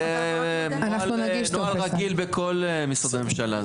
זה נוהל רגיל בכל משרדי ממשלה,